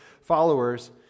followers